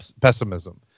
pessimism